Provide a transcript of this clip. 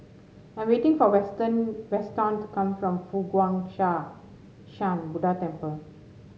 I'm waiting for western Weston to come from Fo Guang Shan Buddha Temple